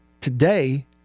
today